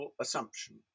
assumption